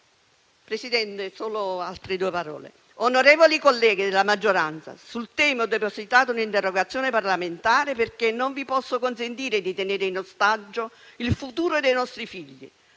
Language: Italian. Presidente, solo altre due parole. Onorevoli colleghi della maggioranza, sul tema ho depositato un'interrogazione parlamentare, perché non vi posso consentire di tenere in ostaggio il futuro dei nostri figli,